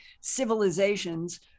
civilizations